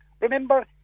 Remember